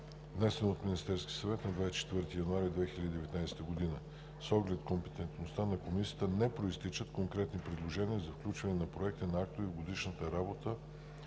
внесена от Министерския съвет на 24 януари 2019 г. С оглед компетентността на Комисията не произтичат конкретни предложения за включване на проекти на актове в Годишната работна